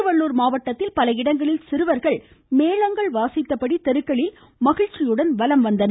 திருவள்ளூர் மாவட்டத்தில் பல இடங்களில் சிறுவர்கள் மேளங்கள் வாசித்தபடி தெருக்களில் மகிழ்ச்சியுடன் வலம் வந்தனர்